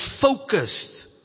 focused